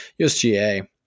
USGA